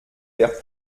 vers